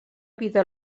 vida